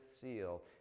seal